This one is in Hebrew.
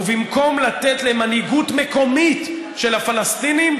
ובמקום לתת למנהיגות מקומית של הפלסטינים,